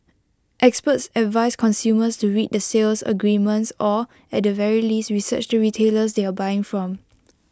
experts advise consumers to read the sales agreements or at the very least research the retailers they are buying from